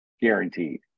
guaranteed